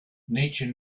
nature